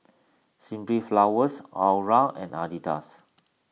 Simply Flowers Iora and Adidas